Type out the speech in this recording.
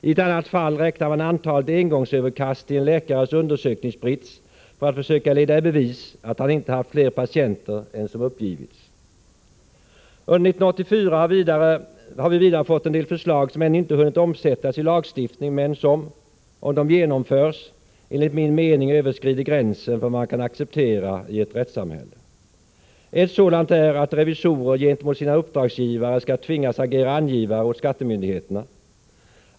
I ett annat fall räknade man antalet engångsöverkast till en läkares undersökningsbrits för att försöka leda i bevis att han hade haft fler patienter än som uppgivits. Under 1984 har vi fått en del förslag som ännu inte hunnit omsättas i lagstiftning men som, om de genomförs, enligt min mening överskrider gränsen för vad man kan acceptera i ett rättssamhälle. Ett sådant är att revisorer gentemot sina uppdragsgivare skall tvingas agera som angivare åt skattemyndigheterna.